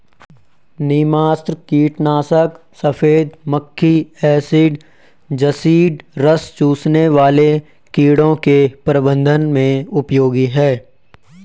नीमास्त्र कीटनाशक सफेद मक्खी एफिड जसीड रस चूसने वाले कीड़ों के प्रबंधन में उपयोगी है